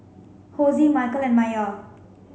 Hosie Micheal and Maia